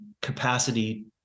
capacity